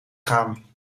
gaan